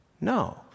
No